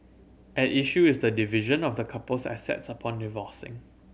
at issue is the division of the couple's assets upon divorcing